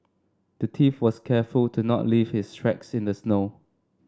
the thief was careful to not leave his tracks in the snow